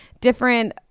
different